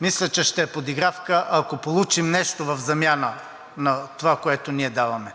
Мисля, че ще е подигравка, ако получим нещо в замяна на това, което ние даваме.